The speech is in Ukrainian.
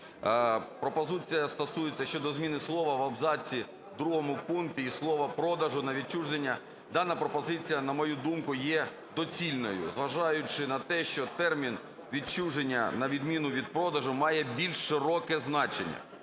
Пропозиція стосується щодо зміни слова в абзаці другому пункті слова "продажу" на "відчуження". Дана пропозиція, на мою думку, є доцільною, зважаючи на те, що термін "відчуження" на відміну від "продажу" має більш широке значення.